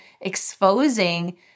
exposing